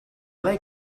like